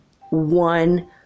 one